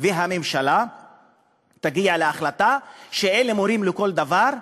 והממשלה יגיעו להחלטה שאלה מורים לכל דבר,